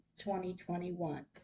2021